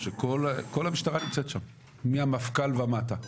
שכל המשטרה נמצאת שם מהמפכ"ל ומטה,